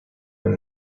when